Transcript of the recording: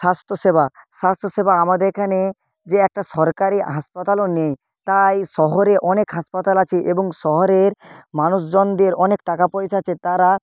স্বাস্থ্যসেবা স্বাস্থ্যসেবা আমাদের এখানে যে একটা সরকারি হাসপাতালও নেই তাই শহরে অনেক হাসপাতাল আছে এবং শহরের মানুষজনদের অনেক টাকাপয়সা আছে তারা